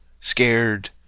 scared